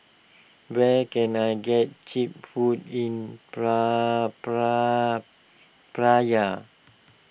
where can I get Cheap Food in Praia